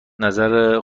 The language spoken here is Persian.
نظر